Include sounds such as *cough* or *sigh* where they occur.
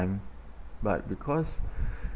but because *breath*